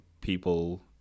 people